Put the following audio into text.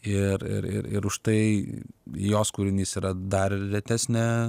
ir ir ir ir ir už tai jos kūrinys yra dar retesnė